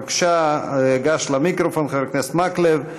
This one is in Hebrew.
בבקשה, גש למיקרופון, חבר הכנסת מקלב.